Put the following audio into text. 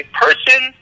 person